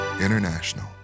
International